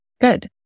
Good